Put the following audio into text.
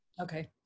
Okay